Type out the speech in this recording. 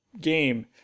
game